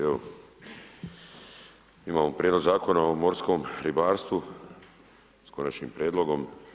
Evo imamo Prijedlog zakona o morskom ribarstvu s Konačnim prijedlogom.